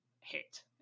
hit